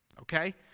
okay